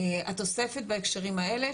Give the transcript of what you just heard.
התוספת בהקשרים האלה,